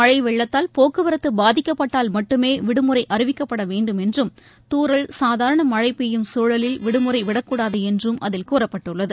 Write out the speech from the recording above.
மளழ வெள்ளத்தால் போக்குவரத்து பாதிக்கப்பட்டால் மட்டுமே விடுமுறை அறிவிக்கப்பட வேண்டும் என்றும் தூரல் சாதாரண மழை பெய்யும் சூழலில் விடுமுறை விடக்கூடாது என்றும் அதில் கூறப்பட்டுள்ளது